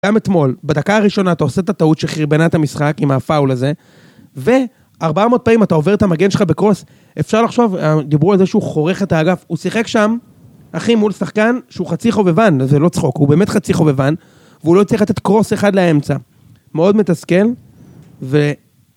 גם אתמול, בדקה הראשונה אתה עושה את הטעות שחרבנה את המשחק עם הפאול הזה ו- 400 פעמים אתה עובר את המגן שלך בקרוס אפשר לחשוב, דיברו על זה שהוא חורך את האגף הוא שיחק שם אחי מול שחקן שהוא חצי חובבן, זה לא צחוק, הוא באמת חצי חובבן והוא לא צריך לתת קרוס אחד לאמצע מאוד מתסכל ו...